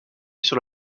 dans